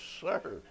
sir